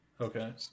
Okay